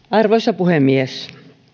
arvoisa puhemies